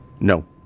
no